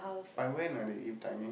by when ah they give timing